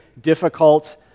difficult